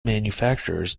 manufacturers